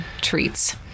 treats